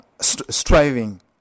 striving